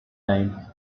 time